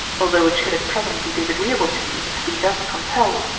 although it should at present be disagreeable to you to be thus compelled,